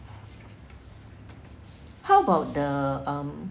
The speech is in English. how about the um